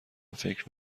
فکر